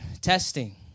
testing